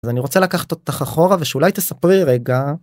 אני רוצה לקחת אותך אחורה ושאולי תספרי רגע.